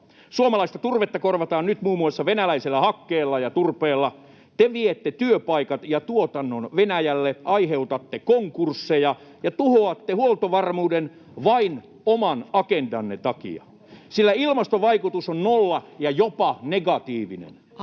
Suomalaista turvetta korvataan nyt muun muassa venäläisellä hakkeella ja turpeella. Te viette työpaikat ja tuotannon Venäjälle, aiheutatte konkursseja ja tuhoatte huoltovarmuuden vain oman agendanne takia, sillä ilmastovaikutus on nolla ja jopa negatiivinen.